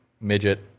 midget